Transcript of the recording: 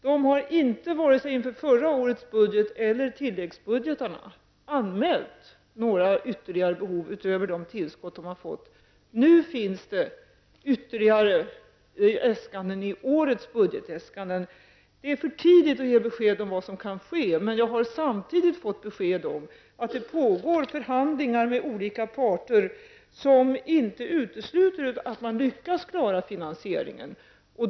De har inte till vare sig förra årets budget eller tilläggsbudgeterna anmält några ytterligare behov utöver de tillägg som de fått. Nu finns det ytterligare äskanden i årets budgetsäskanden. Det är för tidigt att ge besked om vad som kan ske. Men jag har samtidigt fått besked om att det pågår förhandlingar med olika parter som inte utesluter att man kan lyckas klara finansieringen.